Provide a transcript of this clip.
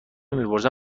میپرسن